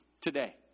today